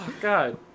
God